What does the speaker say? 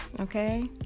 okay